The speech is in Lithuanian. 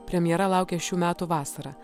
premjera laukia šių metų vasarą